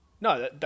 No